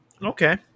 Okay